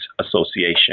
association